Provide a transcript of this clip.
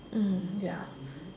ya